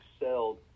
excelled